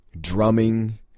drumming